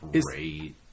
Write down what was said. great